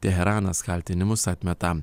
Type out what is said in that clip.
teheranas kaltinimus atmeta